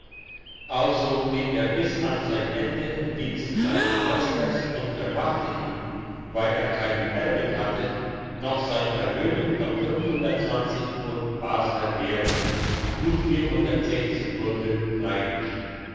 also blieb er bis an sein ende im dienste seines meisters und vermachte ihm weil er keinen erben hatte noch sein vermögen von pfund basler währung tut gulden rheinisch